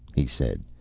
he said,